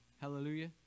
Hallelujah